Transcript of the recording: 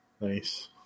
Nice